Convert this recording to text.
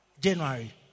January